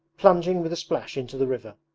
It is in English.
plunging with a splash into the river.